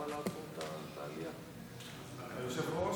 כבוד היושב-ראש,